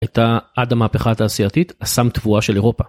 היתה עד המהפכה התעשייתית, אסם תבואה של אירופה.